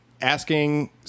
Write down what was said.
asking